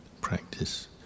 practice